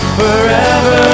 forever